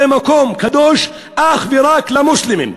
זה מקום קדוש אך ורק למוסלמים.